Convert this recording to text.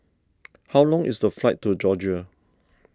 how long is the flight to Georgia